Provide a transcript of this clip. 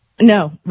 No